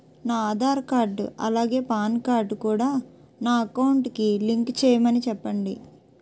నా ఆధార్ కార్డ్ అలాగే PAN card కూడా నా అకౌంట్ కి లింక్ చేయమని చెప్పండి